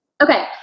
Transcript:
Okay